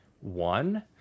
One